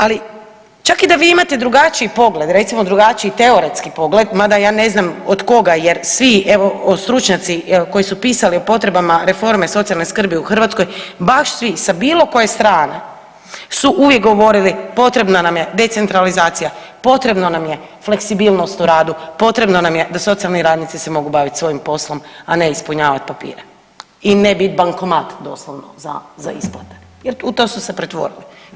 Ali, čak i da vi imate drugačiji pogled, recimo, drugačiji teoretski pogled, mada ja ne znam od koga jer svi, evo, stručnjaci koji su pisali o potrebama reforme socijalne skrbi u Hrvatskoj, baš svi, sa bilo koje strane su uvijek govorili, potrebna nam je decentralizacija, potrebno nam je fleksibilnost u radu, potrebno nam je da socijalni radnici se mogu baviti svojim poslom, a ne ispunjavati papire i ne biti bankomat, doslovno, za isplate jer u to su se pretvorili.